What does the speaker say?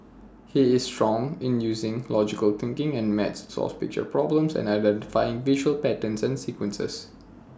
he is strong in using logical thinking and maths to solve picture problems and identifying visual patterns and sequences